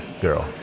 Girl